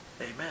Amen